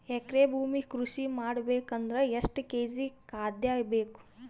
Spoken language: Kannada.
ಎಕರೆ ಭೂಮಿ ಕೃಷಿ ಮಾಡಬೇಕು ಅಂದ್ರ ಎಷ್ಟ ಕೇಜಿ ಖಾದ್ಯ ಬೇಕು?